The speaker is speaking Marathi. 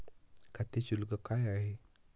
खाते शुल्क काय आहे?